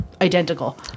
identical